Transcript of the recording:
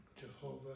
Jehovah